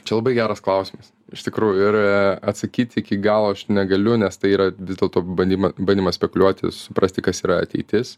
čia labai geras klausimas iš tikrųjų ir atsakyti iki galo aš negaliu nes tai yra vis dėlto bandymą bandymas spekuliuoti suprasti kas yra ateitis